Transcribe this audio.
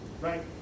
Right